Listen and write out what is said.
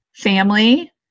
Family